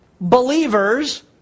Believers